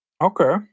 Okay